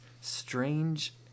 strange